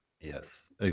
Yes